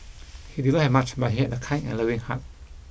he did not have much but he had a kind and loving heart